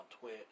Twitch